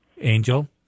Angel